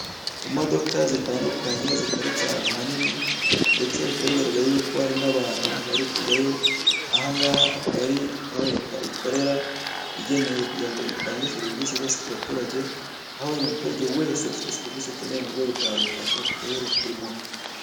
Imodoka zitandukanye ziparitse ahantu hanini ndetse bikaba bigaragara yuko hari n'abantu bari kujyayo ahangaha akaba ari aho leta ikorera igeneye kugira ngo itange serivise zose ku baturage aho buri muturage wese ufite serivise akeneye mu rwego rwa leta ashobora kujyayo bakayimuha.